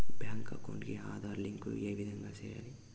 Bank account కి Aadhaar link ఏ విధంగా సెయ్యాలి?